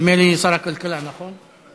יענה, נדמה לי, שר הכלכלה, נכון?